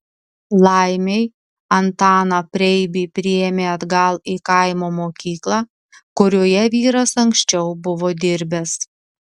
laimei antaną preibį priėmė atgal į kaimo mokyklą kurioje vyras anksčiau buvo dirbęs